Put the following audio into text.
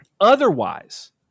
Otherwise